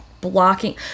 blocking